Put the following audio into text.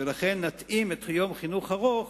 ולכן נתאים את חוק יום חינוך ארוך